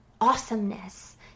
awesomeness